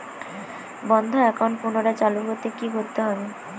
বন্ধ একাউন্ট পুনরায় চালু করতে কি করতে হবে?